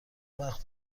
وقت